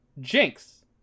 Jinx